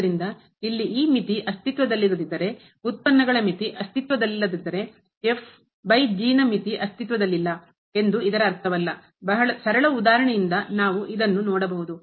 ಆದ್ದರಿಂದ ಇಲ್ಲಿ ಈ ಮಿತಿ ಅಸ್ತಿತ್ವದಲ್ಲಿಲ್ಲದಿದ್ದರೆ ಉತ್ಪನ್ನಗಳ ಮಿತಿ ಅಸ್ತಿತ್ವದಲ್ಲಿಲ್ಲದಿದ್ದರೆ ನ ಮಿತಿ ಅಸ್ತಿತ್ವದಲ್ಲಿಲ್ಲ ಎಂದು ಇದರ ಅರ್ಥವಲ್ಲ ಸರಳ ಉದಾಹರಣೆಯಿಂದ ನಾವು ಇದನ್ನು ನೋಡಬಹುದು